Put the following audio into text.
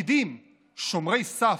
לפקידים "שומרי סף"?